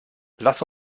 lass